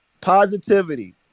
Positivity